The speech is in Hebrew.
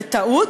בטעות,